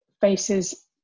faces